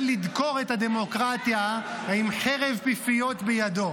לדקור את הדמוקרטיה עם חרב פיפיות בידו.